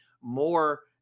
more